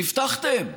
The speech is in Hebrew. והבטחתם,